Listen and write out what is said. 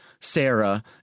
Sarah